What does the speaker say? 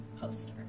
poster